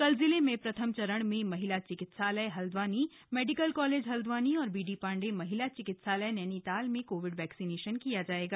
कल जिले में प्रथम चरण में महिला चिकित्सालय हल्द्वानी मेडिकल कॉलेज हल्द्वानी और बीडी पाण्डे महिला चिकित्सालय नैनीताल में कोविड वैक्सीनेशन किया जायेगा